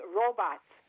robots